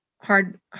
hard